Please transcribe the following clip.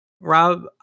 Rob